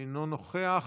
אינו נוכח,